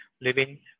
living